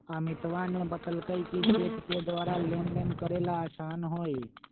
अमितवा ने बतल कई कि चेक के द्वारा लेनदेन करे ला आसान हई